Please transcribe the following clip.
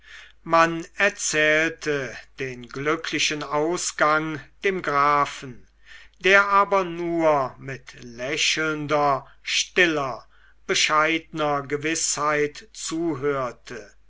man erzählte den glücklichen ausgang dem grafen der aber nur mit lächelnder stiller bescheidner gewißheit zuhörte